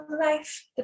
life